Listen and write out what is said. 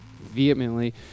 vehemently